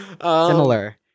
similar